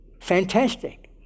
Fantastic